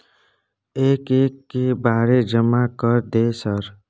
एक एक के बारे जमा कर दे सर?